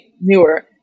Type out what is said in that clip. newer